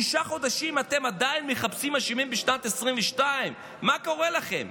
שישה חודשים אתם עדיין מחפשים אשמים בשנת 2022. מה קורה לכם?